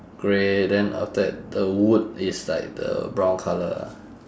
grey then after that the wood is like the brown colour ah